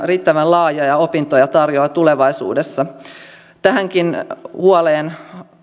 riittävän laajoja opintoja tarjolla tulevaisuudessa tähänkin huoleen